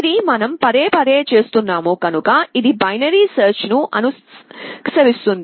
ఇది మనం పదేపదే చేస్తున్నాము కనుక ఇది బైనరీ సెర్చ్ ను అనుకరిస్తుంది